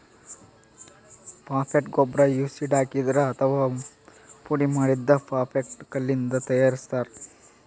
phosphate ಗೊಬ್ಬರ್ acid ಹಾಕಿದ್ರಿಂದ್ ಅಥವಾ ಪುಡಿಮಾಡಿದ್ದ್ ಫಾಸ್ಫೇಟ್ ಕಲ್ಲಿಂದ್ ತಯಾರಿಸ್ತಾರ್